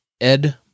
Ed